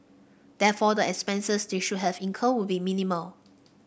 therefore the expenses they should have incurred would be minimal